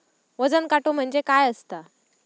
वजन काटो म्हणजे काय असता?